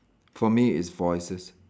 for me is voices